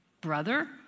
brother